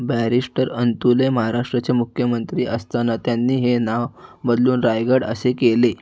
barrister Antulay महाराष्ट्राचे मुख्यमंत्री असताना त्यांनी हे नाव बदलून रायगड असे केले